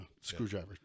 Screwdriver